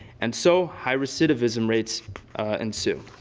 and so, high recidivism rates ensue.